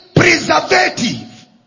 preservative